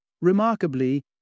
Remarkably